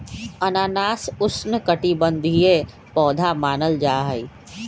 अनानास उष्णकटिबंधीय पौधा मानल जाहई